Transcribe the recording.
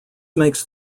makes